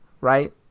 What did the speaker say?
right